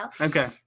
Okay